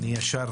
אני ישר